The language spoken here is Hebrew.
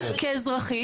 כאזרחית,